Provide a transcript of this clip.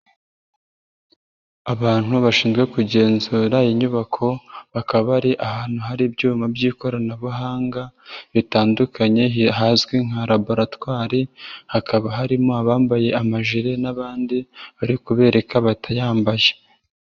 Abantu bashinzwe kugenzura inyubako bakaba bari ahantu hari ibyuma by'ikoranabuhanga bitandukanye hazwi nka laboratwari, hakaba harimo abambaye amajire n'abandi bari kubereka batayambaye.